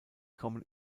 kommen